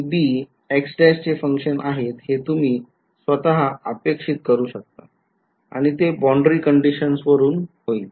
तर A आणि B x चे function आहेत हे तुम्ही स्वतः अपेक्षित करू शकता आणि ते boundary conditions वरून येईल